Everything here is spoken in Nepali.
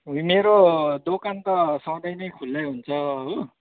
मेरो दोकान त सधैँ नै खुल्लै हुन्छ हो